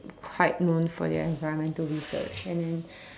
quite known for their environmental research and then